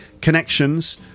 connections